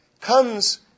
comes